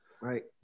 Right